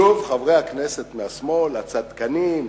שוב, חברי הכנסת מהשמאל, הצדקנים,